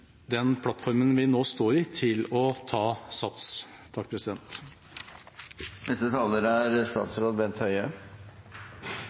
den plattformen vi nå står på, til å ta sats.